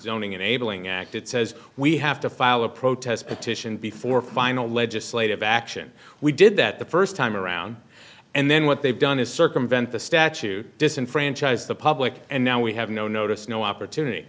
zoning enabling act it says we have to file a protest petition before final legislative action we did that the first time around and then what they've done is circumvent the statute disenfranchise the public and now we have no notice no opportunity